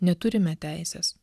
neturime teisės